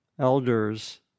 elders